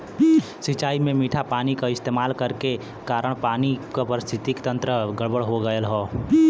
सिंचाई में मीठा पानी क इस्तेमाल करे के कारण पानी क पारिस्थितिकि तंत्र गड़बड़ हो गयल हौ